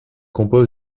compose